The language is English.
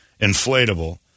inflatable